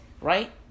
right